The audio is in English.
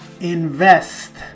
Invest